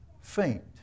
Faint